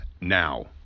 now